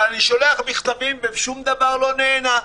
אבל אני שולח מכתבים ושום דבר לא נענה.